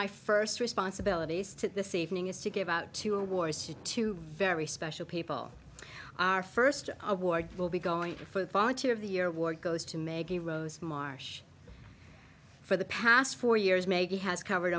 my first responsibilities to this evening is to give out two awards to two very special people our first award will be going to for volunteer of the year award goes to megan rose marsh for the past four years maggie has covered